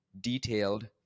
detailed